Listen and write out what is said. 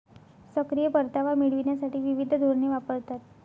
सक्रिय परतावा मिळविण्यासाठी विविध धोरणे वापरतात